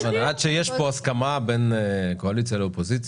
עד שיש כאן הסכמה בין הקואליציה לאופוזיציה,